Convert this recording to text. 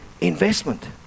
investment